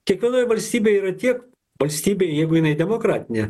kiekvienoj valstybėj yra tiek valstybė jeigu jinai demokratinė